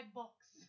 books